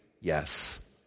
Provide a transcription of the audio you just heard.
yes